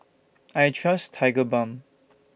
I Trust Tigerbalm